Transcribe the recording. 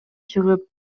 чыгып